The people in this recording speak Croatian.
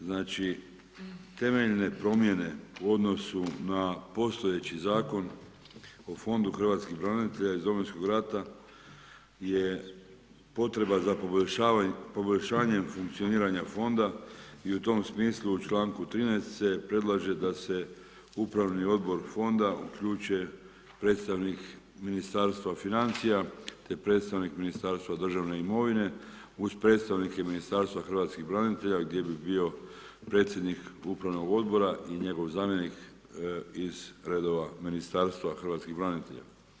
Znači temeljne promijene u odnosu na postojeći Zakon o fondu hrvatskih branitelja iz Domovinskog rata je potreba za poboljšanje funkcioniranje fonda i u tom smislu u čl. 13. se predlaže da se upravni odbor fonda uključuje predstavnik Ministarstva financija, te predstavnik Ministarstva državne imovine, uz predstavnike Ministarstva hrvatskih branitelja, gdje bi bio predsjednik upravnog odbora i njegov zamjenik iz redova Ministarstva hrvatskih branitelja.